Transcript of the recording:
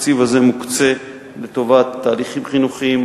התקציב הזה מוקצה לטובת תהליכים חינוכיים,